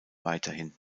weiterhin